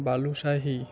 balushahi